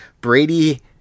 Brady